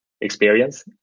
experience